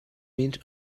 means